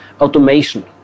automation